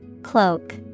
Cloak